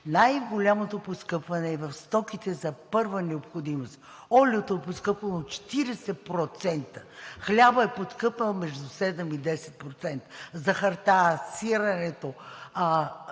най-голямото поскъпване е в стоките за първа необходимост – олиото е поскъпнало 40%, хлябът е поскъпнал между 7 и 10%, захарта, сиренето,